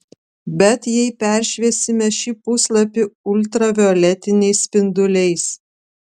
bet jei peršviesime šį puslapį ultravioletiniais spinduliais